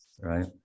right